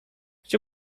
gdzie